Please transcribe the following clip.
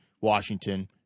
Washington